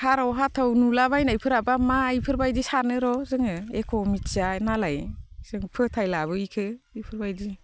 हाराव हाथाव नुला बायनायफोराबा मा इफोरबायदि सानो र' जोङो एख' मिथिया नालाय फोथायलाबो इखो इफोरबायदि